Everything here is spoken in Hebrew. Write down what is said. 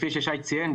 כפי ששי ציין,